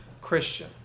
Christian